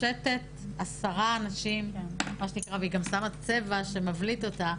מקשטת עשרה אנשים, והיא גם שמה צבע שמבליט אותה.